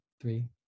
three